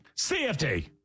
CFD